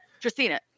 Tristina